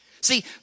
See